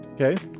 okay